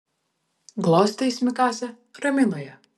glostė jis mikasę ramino ją